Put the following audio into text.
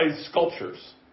sculptures